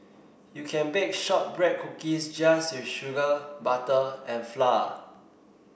you can bake shortbread cookies just with sugar butter and flour